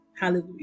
Hallelujah